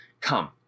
come